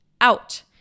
out